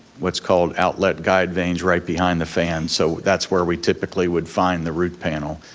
what's called outlet guide veins right behind the fan, so that's where we typically would find the root panel.